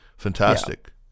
Fantastic